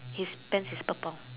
his pants is purple